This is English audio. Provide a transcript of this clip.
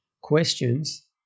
questions